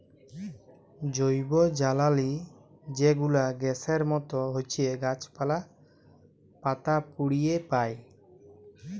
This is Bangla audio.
জৈবজ্বালালি যে গুলা গ্যাসের মত হছ্যে গাছপালা, পাতা পুড়িয়ে পায়